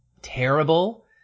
terrible